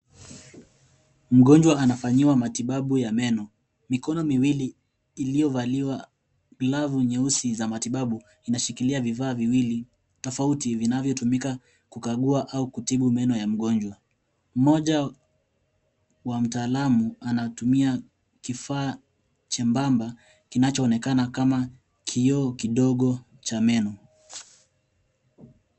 Mgonjwa anafanyiwa matibabu ya meno. Mikono miwili iliyovaliwa glavu nyeusi za matibabu inashikilia vifaa viwili tofuti vinavyotumika kukagua au kutibu meno ya mgonjwa . Mmoja wa mtaalamu anatumia kifaa chembamba kinachoonekana kama kioo kidogo cha meno.